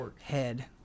head